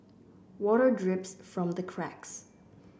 water drips from the cracks